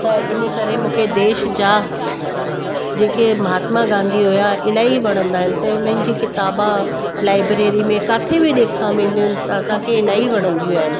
त इन करे मूंखे देश जा जेके महात्मा गांधी हुआ इलाही वणंदा आहिनि त उन्हनि जी किताबा लाइब्रेरी में किते बि ॾेखाम ईंदियूं आहिनि त असांखे इलाही वणंदियूं आहिनि